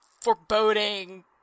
foreboding